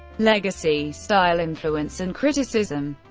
legacy, style, influence and criticism